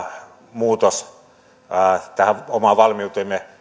muutos tähän omaan valmiuteemme